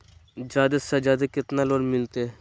जादे से जादे कितना लोन मिलते?